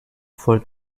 for